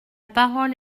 parole